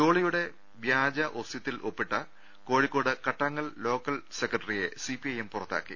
ജോളിയുടെ വ്യാജ ഒസ്യത്തിൽ ഒപ്പിട്ട കോഴിക്കോട് കട്ടാങ്ങൽ ലോക്കൽ സെക്രട്ടറിയെ സിപിഐഎം പുറത്താക്കി